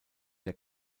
der